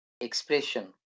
expression